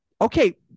Okay